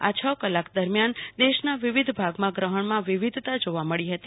આ છ કલાક દરમ્યાન દેશના વિવિધ ભાગમાં ગ્રહણમાં વિવિધતા જોવા મળી હતી